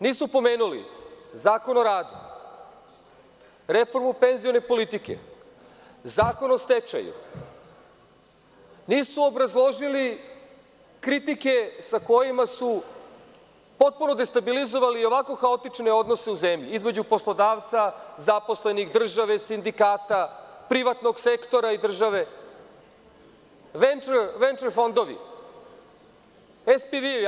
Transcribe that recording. Nisu pomenuli Zakon o radu, reformu penzione politike, Zakon o stečaju, nisu obrazložili kritike sa kojima su potpuno destabilizovali i ovako haotične odnose u zemlji, između poslodavca, zaposlenih, države, sindikata, privatnog sektora i države, venčer fondovi, CPV.